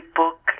book